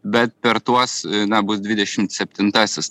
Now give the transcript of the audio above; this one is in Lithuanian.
bet per tuos na bus dvidešimt septintasis